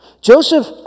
Joseph